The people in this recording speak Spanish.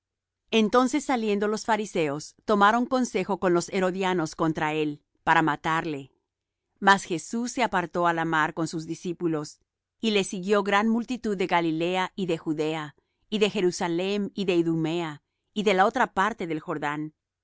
entonces saliendo los fariseos tomaron consejo con los herodianos contra él para matarle mas jesús se apartó á la mar con sus discípulos y le siguió gran multitud de galilea y de judea y de jerusalem y de idumea y de la otra parte del jordán